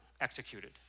executed